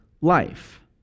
life